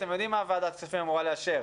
אתם יודעים מה ועדת הכספים אמורה לאשר.